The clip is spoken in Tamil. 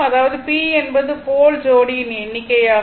அதாவது p என்பது போல் ஜோடியின் எண்ணிக்கை ஆகும்